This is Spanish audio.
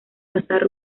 pasar